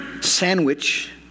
sandwich